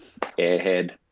airhead